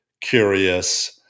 curious